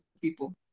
people